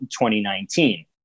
2019